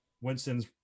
Winston's